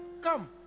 Come